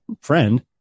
friend